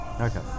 Okay